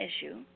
issue